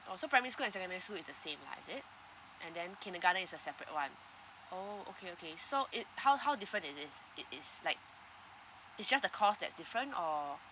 oh so primary school and secondary school is the same lah is it and then kindergarten is a separate [one] oh okay okay so it how how different is this it is like it's just the course that different or